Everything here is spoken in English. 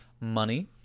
Money